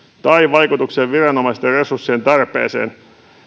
tai vaikutuksia viranomaisten resurssien tarpeeseen